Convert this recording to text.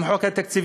עם חוק התקציב.